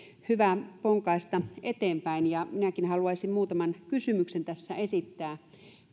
hyvä ponkaista eteenpäin ja minäkin haluaisin muutaman kysymyksen tässä esittää